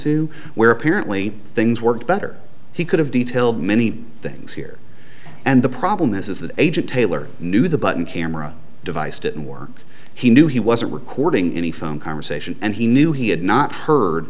to where apparently things worked better he could have detailed many things here and the problem is is the age of taylor knew the button camera device didn't work he knew he wasn't recording any phone conversation and he knew he had not heard